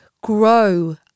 grow